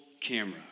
camera